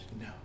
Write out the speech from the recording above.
no